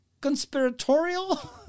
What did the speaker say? Conspiratorial